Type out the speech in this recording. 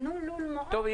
שיבנו לול מעוף --- טוב,